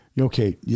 okay